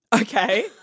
Okay